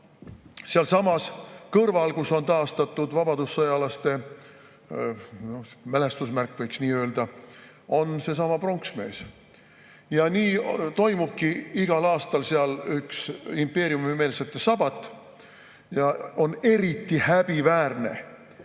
Sealsamas kõrval, kus on taastatud vabadussõjalaste mälestusmärk, võiks nii öelda, on seesama pronksmees. Nii toimubki igal aastal seal üks impeeriumimeelsete sabat. Ja on eriti häbiväärne,